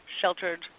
sheltered